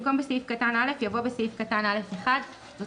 במקום "בסעיף קטן (א)" יבוא "בסעיף קטן (א)(1)..." זו